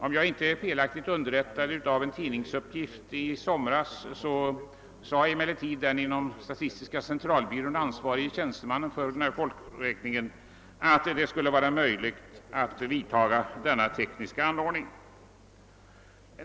Om jag inte är fel underrättad genom en tidningsuppgift i somras, sade emellertid den inom statistiska centralbyrån ansvarige tjänstemannen för denna folkräkning att det skulle vara möjligt att vidta denna tekniska anordning.